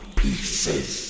pieces